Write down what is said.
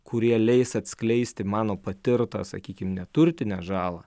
kurie leis atskleisti mano patirtą sakykim neturtinę žalą